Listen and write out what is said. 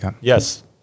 yes